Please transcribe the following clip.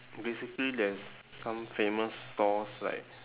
basically there is some famous stores like